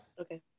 okay